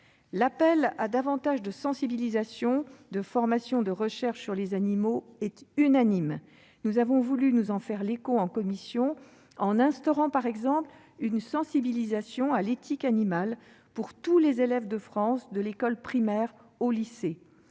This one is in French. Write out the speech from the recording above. L'appel à davantage de sensibilisation, de formation, de recherche sur les animaux est unanime. Nous avons voulu nous en faire l'écho en commission en instaurant, par exemple, une sensibilisation à l'éthique animale pour tous les élèves de France, de l'école primaire au lycée.